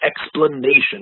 explanation